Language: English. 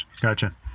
Gotcha